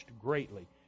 greatly